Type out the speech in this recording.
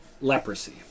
leprosy